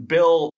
Bill